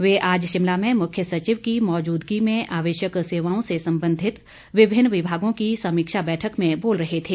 वे आज शिमला में मुख्य सचिव की मौजूदगी में आवश्यक सेवाओं से संबंधित विभिन्न विभागों की समीक्षा बैठक में बोल रहें थे